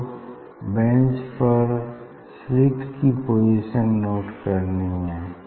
और बेंच पर स्लिट की पोजीशन नोट करनी है